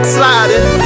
sliding